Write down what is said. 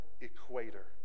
equator